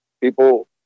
people